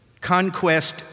Conquest